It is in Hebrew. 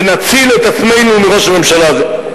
ונציל את עצמנו מראש הממשלה הזה.